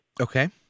Okay